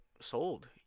sold